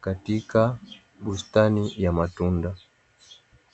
katika bustani ya matunda.